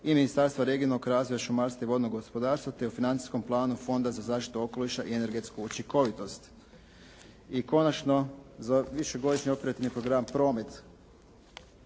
i Ministarstva regionalnog razvoja šumarstva i vodnog gospodarstva, te financijskom planu Fonda za zaštitu okoliša i energetsku učinkovitost. I konačno za višegodišnji operativni program